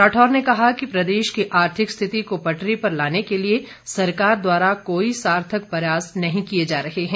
राठौर ने कहा कि प्रदेश की आर्थिक स्थिति को पटरी पर लाने के लिए सरकार द्वारा कोई सार्थक प्रयास नहीं किए जा रहे हैं